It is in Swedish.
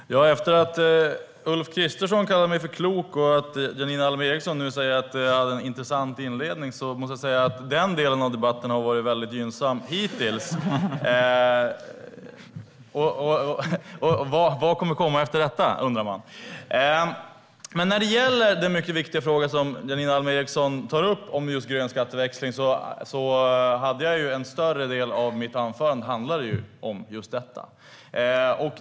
Herr talman! Efter att Ulf Kristersson kallat mig för klok och Janine Alm Ericson nu säger att jag hade en intressant inledning måste jag säga att den delen av debatten har varit väldigt gynnsam hittills. Man undrar vad som kommer efter detta. Janine Alm Ericson tar upp den mycket viktiga frågan om grön skatteväxling, och en större del av mitt anförande handlade om just denna.